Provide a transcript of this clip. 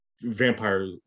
vampire